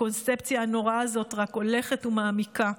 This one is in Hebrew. הקונספציה הנוראה הזאת רק הולכת ומעמיקה,